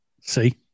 See